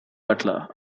butler